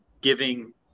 giving